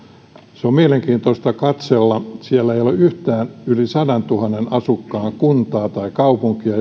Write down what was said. se on mielenkiintoista katsella siellä ei ole yhtään yli sataantuhanteen asukkaan kuntaa tai kaupunkia